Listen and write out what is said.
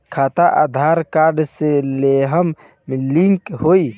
खाता आधार कार्ड से लेहम लिंक होई?